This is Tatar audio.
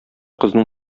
кызның